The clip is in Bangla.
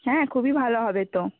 হ্যাঁ খুবই ভালো হবে তো